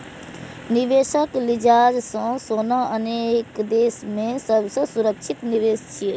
निवेशक लिजाज सं सोना अनेक देश मे सबसं सुरक्षित निवेश छियै